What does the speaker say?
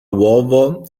uovo